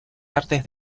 artes